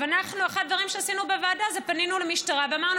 אחד הדברים שעשינו בוועדה זה פנינו למשטרה ואמרנו: